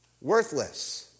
Worthless